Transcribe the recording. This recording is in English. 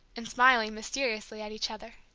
and smiling mysteriously at each other.